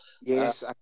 Yes